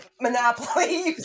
Monopoly